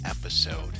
episode